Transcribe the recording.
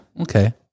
Okay